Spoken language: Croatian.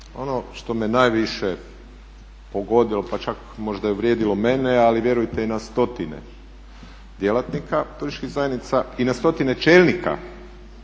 Ono što me najviše pogodilo pa čak možda uvrijedilo mene, ali vjerujte i na stotine djelatnika turističkih zajednica i na stotine čelnika